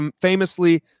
famously